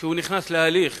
שהוא נכנס להליך